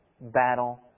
battle